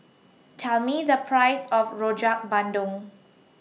Tell Me The Price of Rojak Bandung